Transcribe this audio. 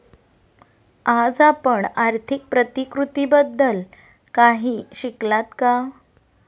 आज आपण आर्थिक प्रतिकृतीबद्दल काही शिकलात का?